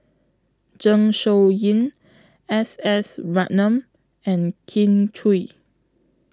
Zeng Shouyin S S Ratnam and Kin Chui